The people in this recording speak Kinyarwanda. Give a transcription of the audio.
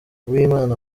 uwimana